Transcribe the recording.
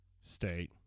State